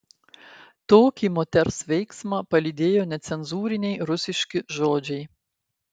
tokį moters veiksmą palydėjo necenzūriniai rusiški žodžiai